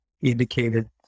indicated